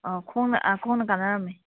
ꯑꯧ ꯈꯣꯡꯅ ꯑꯥ ꯈꯣꯡꯅ ꯀꯥꯅꯔꯝꯃꯤ